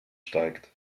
steigt